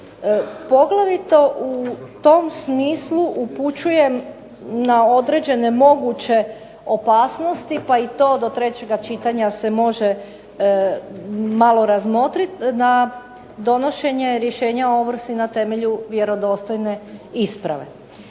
Poglavito u tom smislu upućujem na određene moguće opasnosti pa i to do trećega čitanja se može malo razmotriti na donošenje rješenja o ovrsi na temelju vjerodostojne isprave.